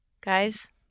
Guys